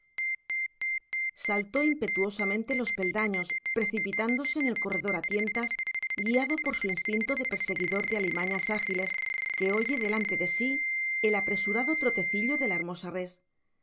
pedro saltó impetuosamente los peldaños precipitándose en el corredor a tientas guiado por su instinto de perseguidor de alimañas ágiles que oye delante de sí el apresurado trotecillo de la hermosa res